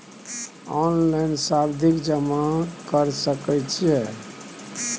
Online सावधि जमा कर सके छिये?